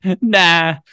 nah